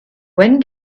when